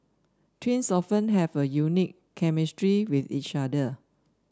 twins often have a unique chemistry with each other